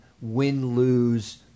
win-lose